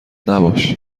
نباش